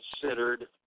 considered